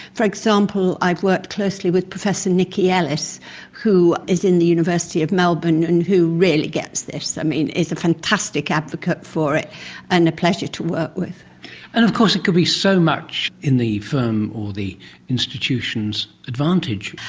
for example, i've worked closely with professor niki ellis who is in the university of melbourne and who really gets this, i mean is a fantastic advocate for it and a pleasure to work with. and of course it can be so much in the firm or the institution's advantage.